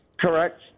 Correct